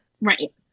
right